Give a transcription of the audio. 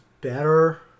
better